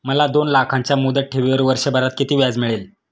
मला दोन लाखांच्या मुदत ठेवीवर वर्षभरात किती व्याज मिळेल?